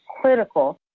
critical